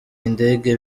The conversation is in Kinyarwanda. indege